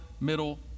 middle